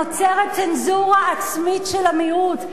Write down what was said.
נוצרת צנזורה עצמית של המיעוט,